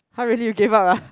!huh! really you gave up ah